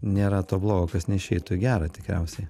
nėra to blogo kas neišeitų į gerą tikriausiai